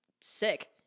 sick